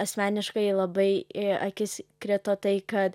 asmeniškai labai į akis krito tai kad